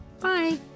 Bye